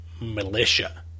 Militia